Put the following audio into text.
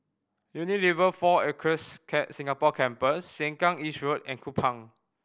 Unilever Four Acres Singapore Campus Sengkang East Road and Kupang